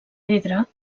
pedra